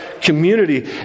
community